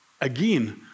again